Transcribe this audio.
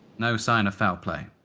no sign of foul play.